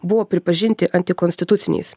buvo pripažinti antikonstituciniais